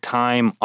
time